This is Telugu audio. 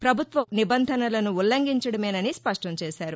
ప్రభుత్వ నిబంధనలను ఉల్లంఘించడమేనని స్పష్టం చేశారు